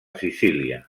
sicília